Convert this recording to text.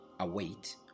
Await